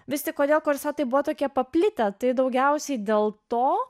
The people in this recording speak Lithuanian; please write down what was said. visi kodėl korsetai buvo tokie paplitę tai daugiausiai dėl to